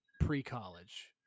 pre-college